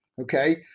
Okay